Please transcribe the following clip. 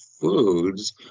foods